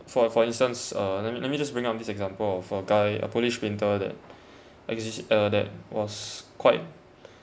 for uh for instance uh let me let me just bring up this example of a guy police's been told that exists uh that was quite